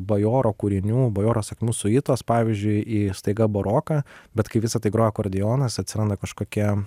bajoro kūrinių bajoro sakmių siuitos pavyzdžiui į staiga buroką bet kai visa tai groja akordeonas atsiranda kažkokia